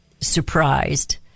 surprised